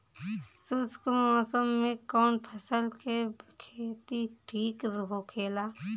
शुष्क मौसम में कउन फसल के खेती ठीक होखेला?